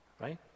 Right